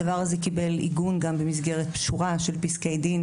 הדבר הזה קיבל עיגון במסגרת שורה של פסקי דין,